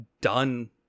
done